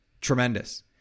tremendous